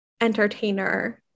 entertainer